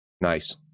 Nice